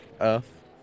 Earth